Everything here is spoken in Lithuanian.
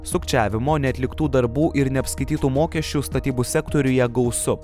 sukčiavimo neatliktų darbų ir neapskaitytų mokesčių statybų sektoriuje gausu